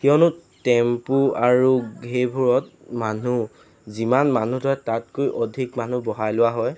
কিয়নো টেম্পু আৰু সেইবোৰত মানুহ যিমান মানুহ ধৰে তাতকৈ অধিক মানুহ বহাই লোৱা হয়